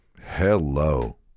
hello